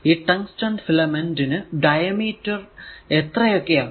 ഈ tungsten filament ന്റെ diameter എത്രയൊക്കെയാണ്